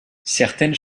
certaines